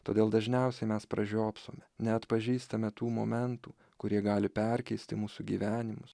todėl dažniausiai mes pražiopsome neatpažįstame tų momentų kurie gali perkeisti mūsų gyvenimus